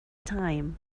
time